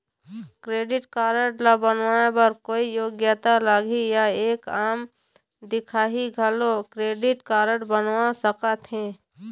Credit card ला बनवाए बर कोई योग्यता लगही या एक आम दिखाही घलो क्रेडिट कारड बनवा सका थे?